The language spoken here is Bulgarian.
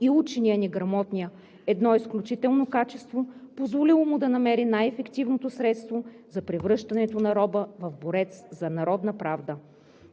и учения и неграмотния – едно изключително качество, позволило му да намери най-ефективното средство за превръщането на роба в борец за народна правда.